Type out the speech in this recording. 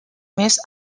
més